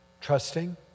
trusting